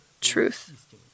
truth